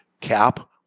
cap